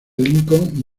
lincoln